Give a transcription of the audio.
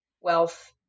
wealth